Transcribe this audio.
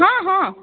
ହଁ ହଁ